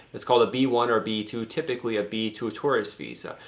it's called a b one or b two, typically a b two tourist visa,